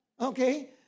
Okay